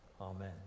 Amen